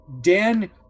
Dan